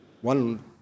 One